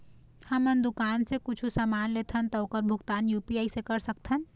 हमन दुकान से कुछू समान लेथन ता ओकर भुगतान यू.पी.आई से कर सकथन?